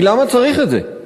היא: למה צריך את זה?